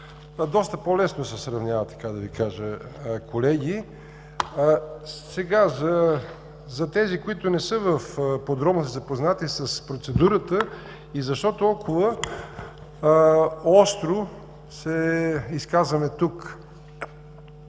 Доста по-лесно се сравнява така да Ви кажа, колеги. Сега за тези, които не са подробно запознати с процедурата и защо толкова остро се изказваме тук?